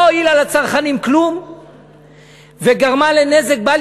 לא הועילה לצרכנים כלום וגרמה נזק בל